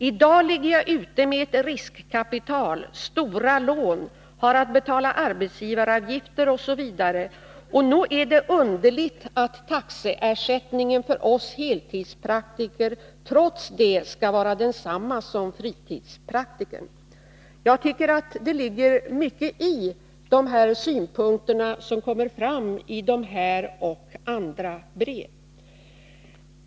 I dag ligger jag ute med ett riskkapital, stora lån, har att betala arbetsgivaravgifter osv. Nog är det underligt att taxeersättningen för oss heltidspraktiker trots det skall vara densamma som för fritidspraktikern.” Jag tycker att det ligger mycket i de synpunkter som kommer fram i dessa och andra brev.